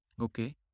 okay